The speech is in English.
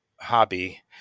hobby